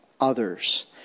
others